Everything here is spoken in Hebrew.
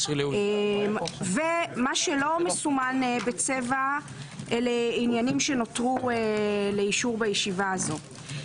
מה שלא מסומן בצבע אלה עניינים שנותרו לאישור בישיבה הזאת,